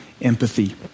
empathy